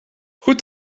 goed